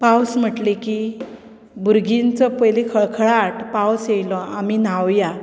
पावस म्हटलें की भुरग्यांचो पयली खळखळाट पावस येयलो आमी न्हांवया